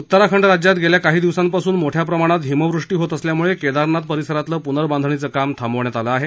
उत्तराखंड राज्यात गेल्या काही दिवसांपासून मोठ्या प्रमाणात हिमवृष्टी होत असल्यामुळे केदारनाथ परिसरातलं पुनर्बांधणीचं काम थांबवण्यात झालं आहे